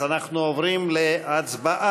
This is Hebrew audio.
אז אנחנו עוברים להצבעה: